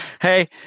Hey